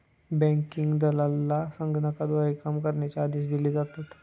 banking दलालाला संगणकाद्वारे काम करण्याचे आदेश दिले जातात